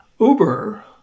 Uber